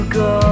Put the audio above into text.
go